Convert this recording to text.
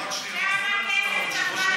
תן מספר.